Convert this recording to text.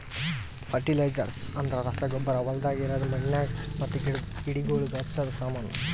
fertilisers ಅಂದ್ರ ರಸಗೊಬ್ಬರ ಹೊಲ್ದಾಗ ಇರದ್ ಮಣ್ಣಿಗ್ ಮತ್ತ ಗಿಡಗೋಳಿಗ್ ಹಚ್ಚದ ಸಾಮಾನು